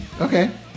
Okay